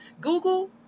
Google